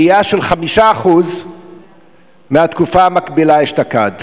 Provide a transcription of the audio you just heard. עלייה של 5% מבתקופה המקבילה אשתקד.